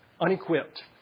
unequipped